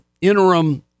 interim